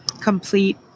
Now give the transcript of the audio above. complete